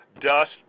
dust